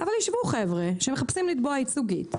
אבל יישבו חבר'ה, שמחפשים לתבוע ייצוגית.